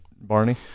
Barney